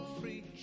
free